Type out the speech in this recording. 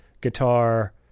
guitar